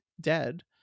dead